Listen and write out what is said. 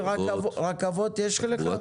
רכבות יש לך?